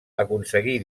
aconseguí